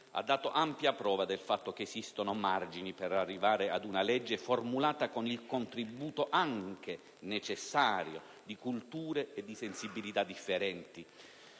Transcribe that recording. ha dato ampia prova del fatto che esistono margini per arrivare ad una legge formulata con il contributo, anche necessario, di culture e sensibilità differenti.